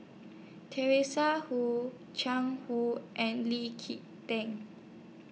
Teresa Hu Jiang Hu and Lee Kee Tan